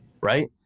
right